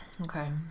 Okay